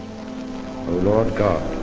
lord god,